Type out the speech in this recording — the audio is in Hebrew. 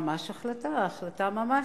ממש החלטה, החלטה ממש,